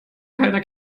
keiner